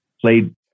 played